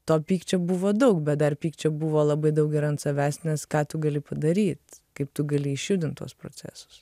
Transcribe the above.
to pykčio buvo daug bet dar pykčio buvo labai daug ir ant savęs nes ką tu gali padaryt kaip tu gali išjudint tuos procesus